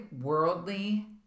worldly